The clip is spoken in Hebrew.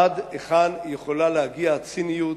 עד היכן יכולה להגיע הציניות,